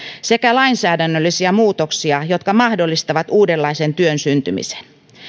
sekä lainsäädännöllisiä muutoksia jotka mahdollistavat uudenlaisen työn syntymisen